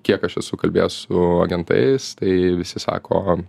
kiek aš esu kalbėjęs su agentais tai visi sako